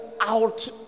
out